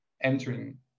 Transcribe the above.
entering